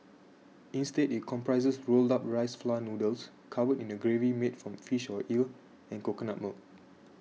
instead it comprises rolled up rice flour noodles covered in a gravy made from fish or eel and coconut milk